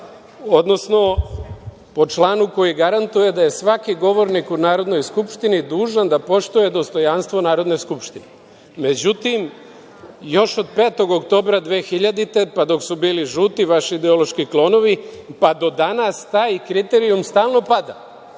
odnosno po članu koju garantuje da je svaki govornik u Narodnoj skupštini dužan da poštuje dostojanstvo Narodne skupštine. Međutim, još od 5. oktobra 2000. godine, pa dok su bili žuti, vaši ideološki klonovi, pa do danas, taj kriterijum stalno pada